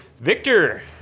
Victor